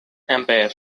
empire